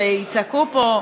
שיצעקו פה.